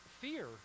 fear